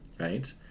right